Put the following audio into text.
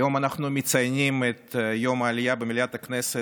היום אנחנו מציינים את יום העלייה במליאת הכנסת.